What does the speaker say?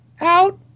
out